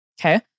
Okay